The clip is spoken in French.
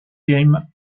game